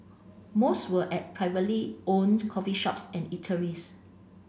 most were at privately owned coffee shops and eateries